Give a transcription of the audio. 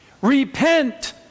Repent